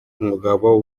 umugabo